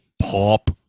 pop